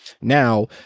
now